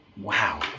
Wow